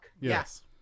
Yes